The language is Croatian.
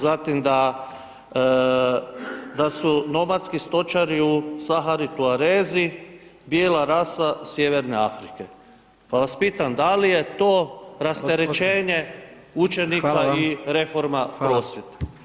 Zatim da, da su nomadski stočari u Sahari Tuarezi bila rasa Sjeverne Afrike, pa vas pitam da li je to rasterećenje učenika [[Upadica: Hvala]] i reforma prosvjete?